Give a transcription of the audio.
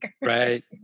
Right